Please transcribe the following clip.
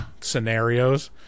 scenarios